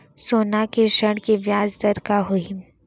सोना के ऋण के ब्याज दर का होही?